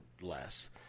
less